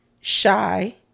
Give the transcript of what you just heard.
shy